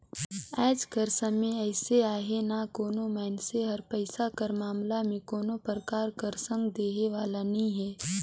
आएज कर समे अइसे अहे ना कोनो मइनसे हर पइसा कर मामला में कोनो परकार कर संग देहे वाला नी हे